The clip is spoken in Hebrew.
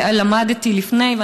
ולמדתי לפני,